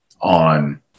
on